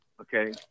Okay